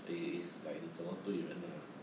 it's it's like 你这么对人啊